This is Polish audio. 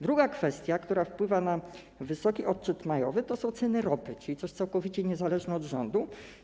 Druga kwestia, która wpływa na wysoki odczyt majowy, to są ceny ropy, całkowicie niezależne od rządu.